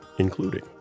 including